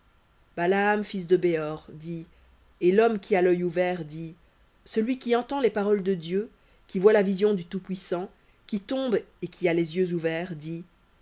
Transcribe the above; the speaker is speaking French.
balaam fils de béor dit et l'homme qui a l'œil ouvert dit celui qui entend les paroles de dieu qui voit la vision du tout-puissant qui tombe et qui a les yeux ouverts dit